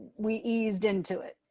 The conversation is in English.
we eased into it.